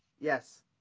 Yes